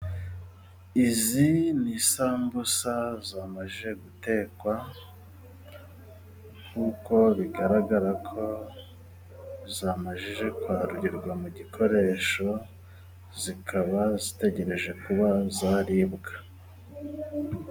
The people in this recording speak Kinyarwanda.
Izi ni isambusa zamaze gutekwa nkuko bigaragara ko zamaze kwarurirwa mu gikoresho zikaba zitegereje kuba zaribwa.